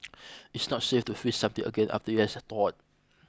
it's not safe to freeze something again after it has thawed